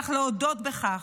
צריך להודות בכך.